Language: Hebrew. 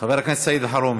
חבר הכנסת סעיד אלחרומי,